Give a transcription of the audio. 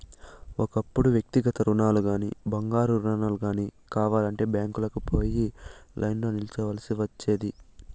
ఒకప్పుడు వ్యక్తిగత రుణాలుగానీ, బంగారు రుణాలు గానీ కావాలంటే బ్యాంకీలకి పోయి లైన్లో నిల్చోవల్సి ఒచ్చేది